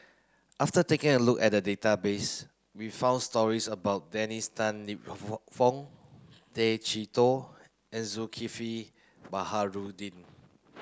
after taking a look at the database we found stories about Dennis Tan Lip Fong Tay Chee Toh and Zulkifli Baharudin